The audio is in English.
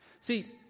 See